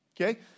okay